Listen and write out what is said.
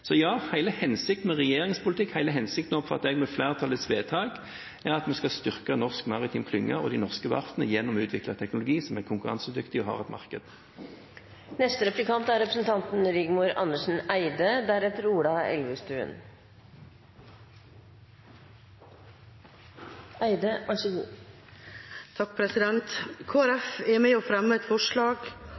Så ja, hele hensikten med regjeringens politikk, hele hensikten, oppfatter jeg, med flertallets vedtak er at vi skal styrke norske maritime klynger og de norske verftene gjennom utvikling av teknologi som er konkurransedyktig og har et marked. Kristelig Folkeparti er med og fremmer et forslag om å ha lavere havne- og farledssatser for miljøvennlige skip. Regjeringa er på mange måter opptatt av å